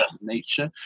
nature